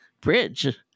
bridge